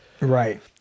Right